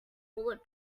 bullet